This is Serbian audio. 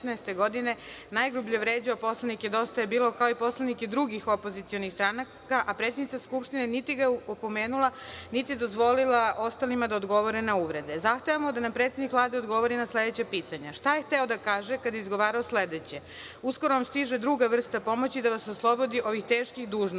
najgrublje vređao poslanike DJB, kao i poslanike drugih opozicionih stranaka, a predsednica Skupštine niti ga je opomenula, niti dozvolila ostalima da odgovore na uvrede. Zahtevamo da nam predsednik Vlade odgovori na sledeća pitanja. Šta je hteo da kaže kada je izgovarao sledeće – uskoro vam stiže druga vrsta pomoći da vas oslobodi ovih teških dužnosti,